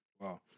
Wow